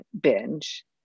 binge